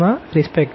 ના સંદર્ભ માં